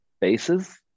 bases